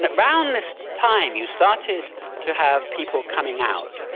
but around this time you started to have people coming out,